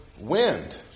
wind